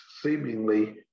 seemingly